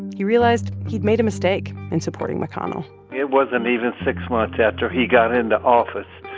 he realized he'd made a mistake in supporting mcconnell it wasn't even six months after he got into office.